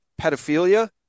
pedophilia